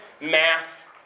math